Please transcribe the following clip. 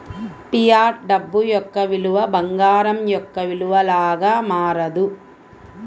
fiat డబ్బు యొక్క విలువ బంగారం యొక్క విలువ లాగా మారదు